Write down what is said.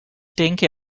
denke